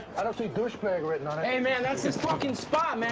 i don't see douchebag written on it. hey, man, that's his fuckin' spot,